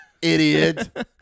idiot